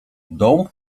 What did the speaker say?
dąb